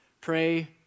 Pray